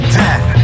death